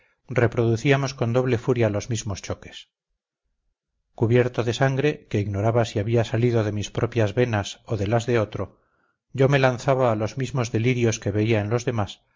terrible reproducíamos con doble furia los mismos choques cubierto de sangre que ignoraba si había salido de mis propias venas o de las de otro yo me lanzaba a los mismos delirios que veía en los demás